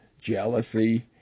jealousy